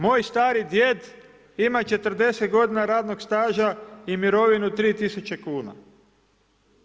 Moj stari djed ima 40 godina radnog staža i mirovinu 3.000,00 kn.